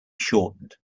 shortened